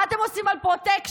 מה אתם עושים על פרוטקשן?